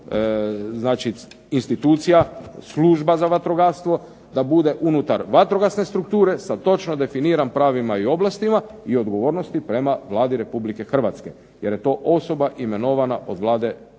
znači institucija, služba za vatrogastvo, da bude unutar vatrogasne strukture sa točno definiranim pravima i ovlastima i odgovornosti prema Vladi Republike hrvatske jer je to osoba imenovana od Vlade Republike